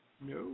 No